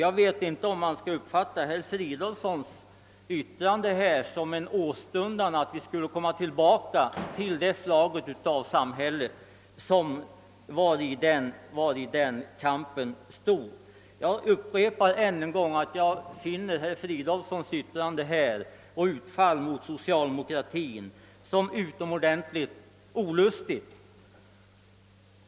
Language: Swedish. Jag vet inte, om man bör uppfatta herr Fridolfssons yttranden som en åstundan att återgå till det slag av samhälle, vari denna kamp stod. Jag upprepar att jag finner hans yttrande egendomligt och hans utfall mot socialdemokratin utomordentligt olustigt.